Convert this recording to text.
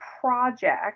project